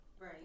Right